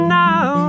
now